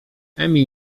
emil